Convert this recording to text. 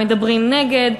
מדברים נגד,